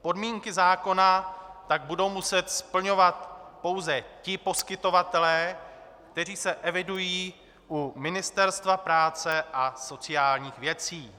Podmínky zákona tak budou muset splňovat pouze ti poskytovatelé, kteří se evidují u Ministerstva práce a sociálních věcí.